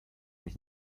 mich